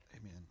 amen